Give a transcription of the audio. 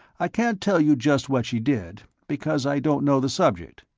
i can't tell you just what she did, because i don't know the subject,